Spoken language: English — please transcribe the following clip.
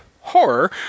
horror